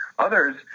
Others